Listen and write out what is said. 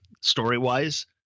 story-wise